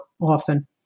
often